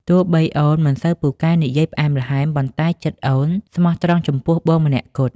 ទោះបីអូនមិនសូវពូកែនិយាយផ្អែមល្ហែម ប៉ុន្តែចិត្តអូនស្មោះត្រង់ចំពោះបងម្នាក់គត់។